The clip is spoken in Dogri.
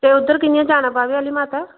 ते उद्धर कि'यां जाना बाह्वे आह्ली माता